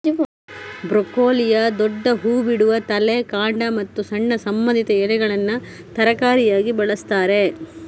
ಬ್ರೊಕೊಲಿಯ ದೊಡ್ಡ ಹೂ ಬಿಡುವ ತಲೆ, ಕಾಂಡ ಮತ್ತು ಸಣ್ಣ ಸಂಬಂಧಿತ ಎಲೆಗಳನ್ನ ತರಕಾರಿಯಾಗಿ ಬಳಸ್ತಾರೆ